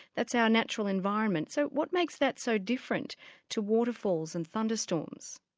that's our natural environment, so what makes that so different to waterfalls and thunder storms?